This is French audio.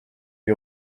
lui